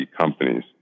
companies